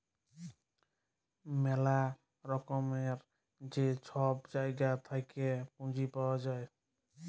ম্যালা রকমের যে ছব জায়গা থ্যাইকে পুঁজি পাউয়া যায়